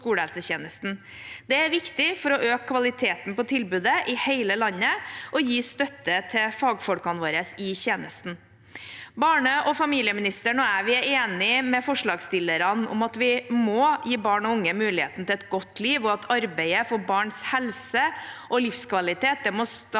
Det er viktig for å øke kvaliteten på tilbudet i hele landet og gi støtte til fagfolkene våre i tjenesten. Barne- og familieministeren og jeg er enige med forslagsstillerne i at vi må gi barn og unge muligheten til et godt liv, at arbeidet for barns helse og livskvalitet må starte